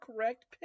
correct